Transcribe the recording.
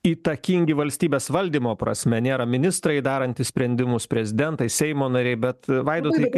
įtakingi valstybės valdymo prasme nėra ministrai darantys sprendimus prezidentai seimo nariai bet vaidotai